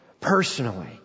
personally